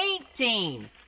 Eighteen